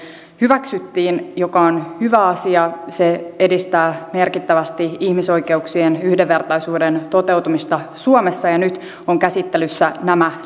hyväksyttiin mikä on hyvä asia se edistää merkittävästi ihmisoikeuksien ja yhdenvertaisuuden toteutumista suomessa ja nyt ovat käsittelyssä nämä